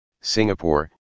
Singapore